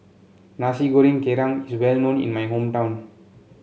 Nasi Goreng Kerang is well known in my hometown